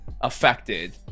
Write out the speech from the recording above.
affected